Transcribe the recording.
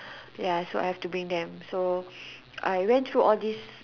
ya so I have to bring them so I went through all this